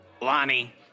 Lonnie